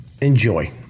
Enjoy